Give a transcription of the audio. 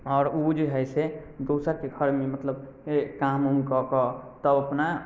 आओर ओ जे है से दोसरके घरमे मतलब काम उम कऽकऽ तब अपना